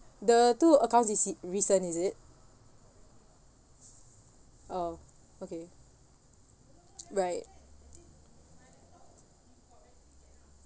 the two accounts is i~ recent is it oh okay right